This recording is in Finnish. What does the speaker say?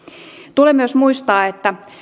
tulee myös muistaa että